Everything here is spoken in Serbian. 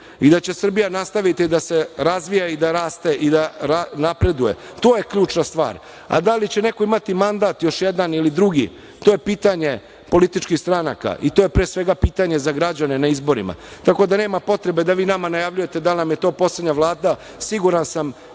i da će Srbija nastaviti da se razvija i da raste i da napreduje. To je ključna stvar, a da li će neko imati mandat još jedan ili drugi, to je pitanje političkih stranaka i to je, pre svega, pitanje za građane na izborima, tako da nema potrebe da vi nama najavljujete da li nam je to poslednja vlada. Siguran sam